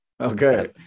Okay